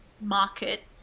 market